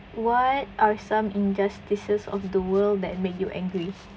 what are some injustices of the world that make you angry